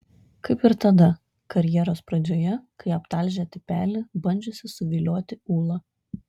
kaip ir tada karjeros pradžioje kai aptalžė tipelį bandžiusį suvilioti ūlą